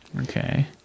Okay